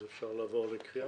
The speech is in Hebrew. אז אפשר לעבור לקריאה?